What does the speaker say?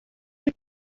mae